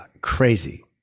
Crazy